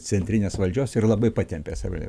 centrinės valdžios ir labai patempė save